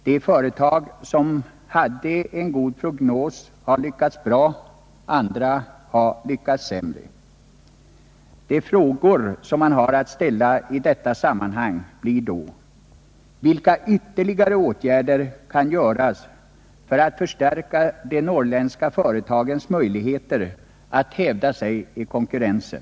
De företag som hade en god prognos har lyckats bra, andra har lyckats sämre. De frågor som man har att ställa i detta sammanhang blir då: Vilka ytterligare åtgärder kan vidtas för att förstärka de norrländska företagens 68 möjligheter att hävda sig i konkurrensen?